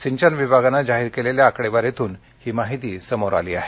सिंचन विभागानं जाहीर केलेल्या आकडेवारीतून ही माहिती समोर आली आहे